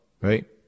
right